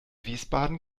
wiesbaden